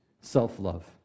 self-love